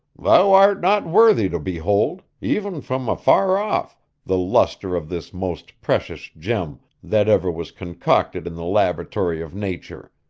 thou art not worthy to behold, even from afar off the lustre of this most precious gem that ever was concocted in the laboratory of nature.